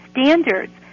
standards